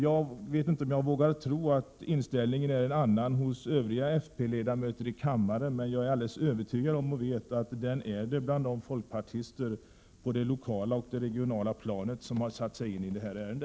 Jag vet inte om jag vågar tro att inställningen är en annan hos övriga folkpartiledamöter i kammaren, men jag är alldeles övertygad om och vet att den är det bland de folkpartister på det lokala och regionala planet som har satt sig in i detta ärende.